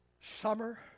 Summer